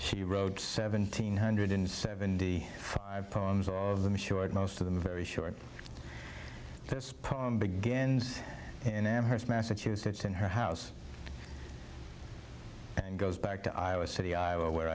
she wrote seventeen hundred and seventy five poems of them assured most of them very short begins in amherst massachusetts in her house and goes back to iowa city iowa where